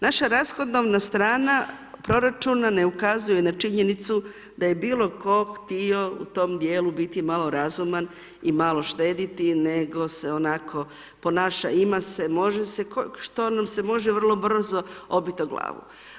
Naša rashodovna strana proračuna ne ukazuje na činjenicu da je bilo tko htio u tom dijelu biti malo razuman i malo štediti nego se onako ponaša ima se, može se što nam se može vrlo brzo obit o glavu.